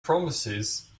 promises